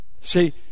See